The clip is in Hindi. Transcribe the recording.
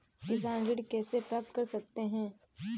किसान ऋण कैसे प्राप्त कर सकते हैं?